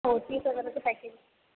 हो तीस हजाराचं पॅकेज